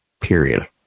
period